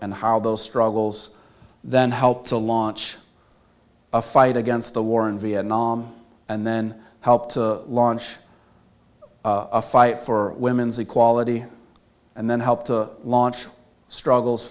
and how those struggles then helped to launch a fight against the war in vietnam and then helped launch a fight for women's equality and then helped to launch struggles